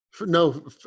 No